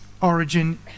origin